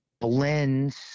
blends